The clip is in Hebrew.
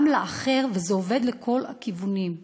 גם לאחר וזה עובד לכל הכיוונים.